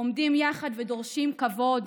עומדים יחד ודורשים כבוד,